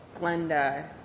Glenda